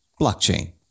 Blockchain